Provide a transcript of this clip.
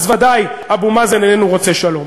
אז ודאי אבו מאזן איננו רוצה שלום.